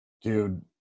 Dude